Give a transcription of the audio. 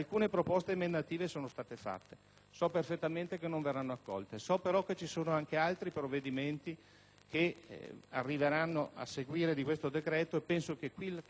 So perfettamente che non verranno accolte. So anche, però, che ci sono altri provvedimenti che arriveranno dopo questo decreto e penso che quella sarà l'occasione perché, in modo serio